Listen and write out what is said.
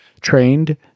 trained